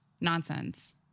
nonsense